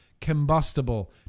combustible